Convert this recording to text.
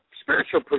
spiritual